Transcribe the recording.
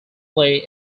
play